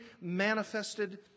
manifested